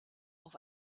auf